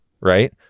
Right